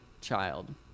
child